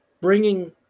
bringing